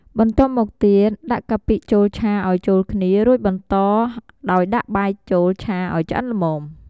បន្ទាប់មកទៀត ដាក់កាពិចូលឆាឱ្យចូលគ្នា រួចបន្តដោយដាក់បាយចូលឆាឱ្យឆ្អិនល្មម។